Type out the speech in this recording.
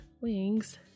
Wings